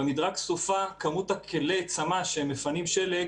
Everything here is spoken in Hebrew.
במדרג הסופה כמות כלי הצמ"ה שמפנים שלג